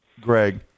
Greg